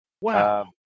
wow